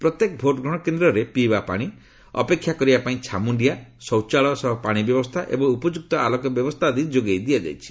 ପ୍ରତ୍ୟେକ ଭୋଟ୍ଗ୍ରହଣ କେନ୍ଦ୍ରରେ ପିଇବା ପାଣି ଅପେକ୍ଷା କରିବା ପାଇଁ ଛାମୁଣ୍ଡିଆ ଶୌଚାଳୟ ସହ ପାଣି ବ୍ୟବସ୍ଥା ଏବଂ ଉପଯୁକ୍ତ ଆଲୋକ ବ୍ୟବସ୍ଥା ଆଦି ଯୋଗାଇ ଦିଆଯାଇଛି